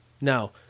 Now